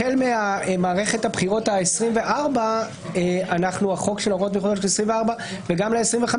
החל ממערכת הבחירות העשרים וארבע והעשרים וחמש,